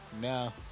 No